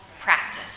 practice